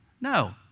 No